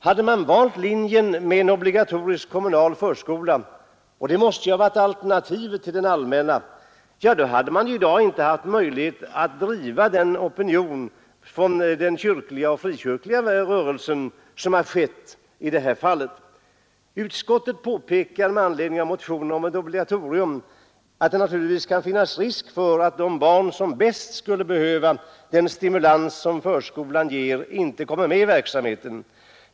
Hade man valt linjen med en obligatorisk kommunal förskola — och det måste ha varit alternativet till den allmänna förskolan — ja, då hade den kyrkliga och frikyrkliga rörelsen inte haft samma möjlighet att i dag driva den opinion som man nu gör. Utskottet påpekar med anledning av motionerna om ett obligatorium att det naturligtvis kan finnas risk för att de barn som bäst skulle behöva den stimulans som förskolan ger inte kommer med i verksamheten.